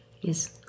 yes